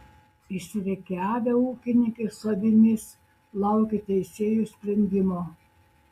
išsirikiavę ūkininkai su avimis laukė teisėjų sprendimo